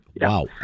Wow